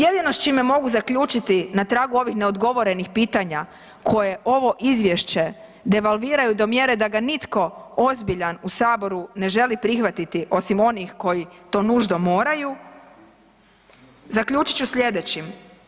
Jedino s čime mogu zaključiti na tragu ovih neodgovorenih pitanja koje ovo izvješće devalviraju do mjere da ga nitko ozbiljan u saboru ne želi prihvatiti osim onih koji to nuždom moraju zaključit ću slijedećim.